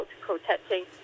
protecting